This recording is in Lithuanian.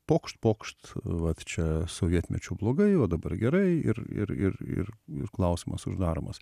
pokšt pokšt vat čia sovietmečiu blogai o dabar gerai ir ir ir ir ir klausimas uždaromas